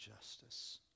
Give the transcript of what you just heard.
justice